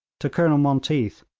to colonel monteath,